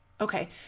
Okay